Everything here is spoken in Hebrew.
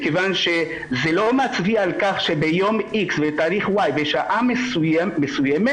מכיוון שזה לא מצביע על כך שביום X ובתאריך Y בשעה מסוימת,